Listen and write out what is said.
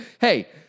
Hey